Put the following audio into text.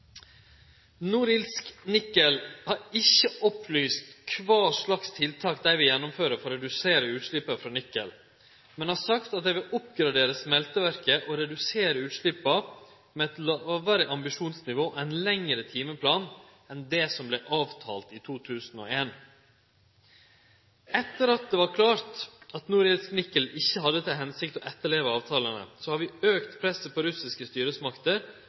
har ikkje opplyst kva slags tiltak dei vil gjennomføre for å redusere utsleppa frå Nikel, men har sagt at dei vil oppgradere smelteverket og redusere utsleppa med eit lågare ambisjonsnivå og ein lengre timeplan enn det som vart avtalt i 2001. Etter at det var klart at Norilsk Nickel ikkje hadde til hensikt å etterleve avtalane, har vi auka presset på russiske styresmakter